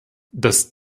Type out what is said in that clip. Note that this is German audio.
dass